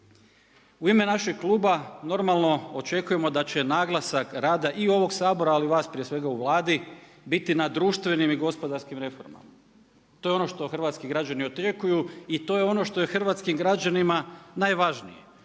U ime našeg kluba normalno očekujemo da će naglasak rada i ovog Sabora ali vas prije svega u Vladi biti na društvenim i gospodarskim reformama. To je ono što hrvatski građani očekuju i to je ono što je hrvatskim građanima najvažnije.